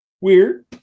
Weird